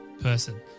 person